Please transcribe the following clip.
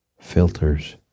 filters